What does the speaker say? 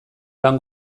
lan